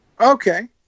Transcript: Okay